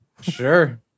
Sure